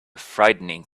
frightening